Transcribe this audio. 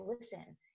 listen